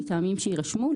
מטעמים שיירשמו,